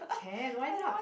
can why not